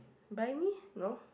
buy me no